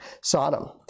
Sodom